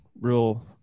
real